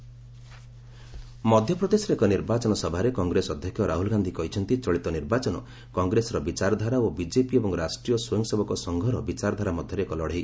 MP Rahul rally ମଧ୍ୟପ୍ରଦେଶରେ ଏକ ନିର୍ବାଚନ ସଭାରେ କଂଗ୍ରେସ ଅଧ୍ୟକ୍ଷ ରାହୁଲ ଗାନ୍ଧି କହିଛନ୍ତି ଚଳିତ ନିର୍ବାଚନ କଂଗ୍ରେସର ବିଚାରଧାରା ଓ ବିଜେପି ଏବଂ ରାଷ୍ଟ୍ରୀୟ ସ୍ୱୟଂସେବକ ସଂଘର ବିଚାରଧାରା ମଧ୍ୟରେ ଏକ ଲଢ଼େଇ